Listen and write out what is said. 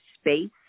space